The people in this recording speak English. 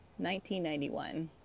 1991